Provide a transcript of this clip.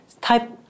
Type